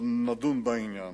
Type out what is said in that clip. עוד נדון בעניין.